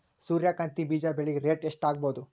ಸೂರ್ಯ ಕಾಂತಿ ಬೀಜ ಬೆಳಿಗೆ ರೇಟ್ ಎಷ್ಟ ಆಗಬಹುದು?